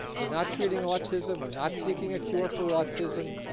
we're not treating autism. we're not seeking a cure for autism.